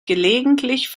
gelegentlich